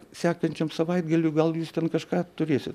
sekančiam savaitgaliui gal jūs ten kažką turėsit